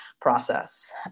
process